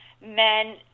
men